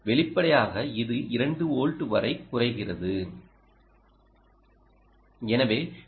வெளிப்படையாக இது 2 வோல்ட்டுகள் வரை குறைகிறது எனவே எல்